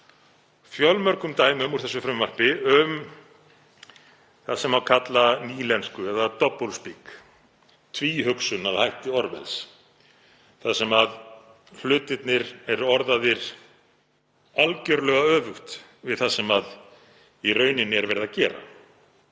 fjölmörgum dæmum úr þessu frumvarpi, um það sem má kalla nýlensku eða „double speak“, tvíhugsun að hætti Orwells þar sem hlutirnir eru orðaðir algerlega öfugt við það sem í rauninni er verið að gera.